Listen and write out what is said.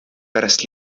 pärast